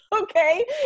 okay